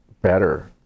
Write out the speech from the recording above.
better